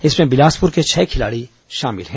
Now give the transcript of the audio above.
इसमें बिलासपुर के छह खिलाड़ी शामिल हैं